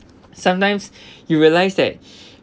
sometimes you realise that